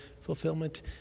fulfillment